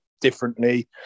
differently